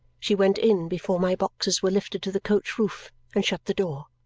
she went in before my boxes were lifted to the coach-roof and shut the door.